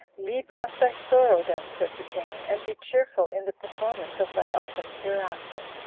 leave off thy sorrow then, said the king, and be cheerful in the performance of thy office hereafter.